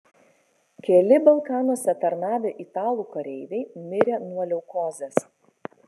keli balkanuose tarnavę italų kareiviai mirė nuo leukozės